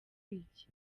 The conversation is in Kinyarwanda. iki